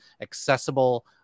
accessible